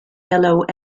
yellow